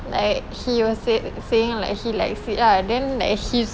like he was say~ saying like he likes it ah then like he's